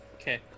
Okay